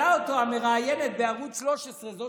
כשהמראיינת בערוץ 13 שאלה אותו,